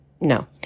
no